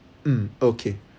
mm okay